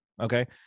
okay